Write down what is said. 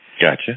Gotcha